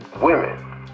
women